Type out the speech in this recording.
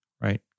right